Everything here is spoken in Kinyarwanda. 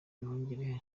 nduhungirehe